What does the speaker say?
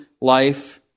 life